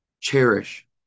cherish